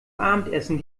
abendessen